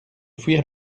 fuir